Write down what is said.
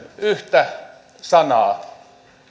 yhtä sanaa